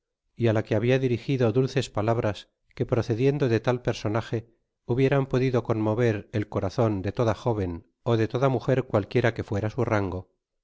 á la que habia dirijido dulces palabras que procediendo de tal personage hubieran podido conmover el corazon de toda joven ó de toda muger cualquiera que fuera su rango